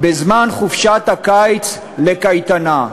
בזמן חופשת הקיץ לקייטנה.